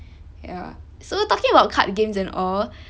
ya so talking about card games and all